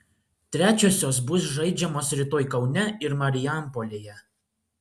trečiosios bus žaidžiamos rytoj kaune ir marijampolėje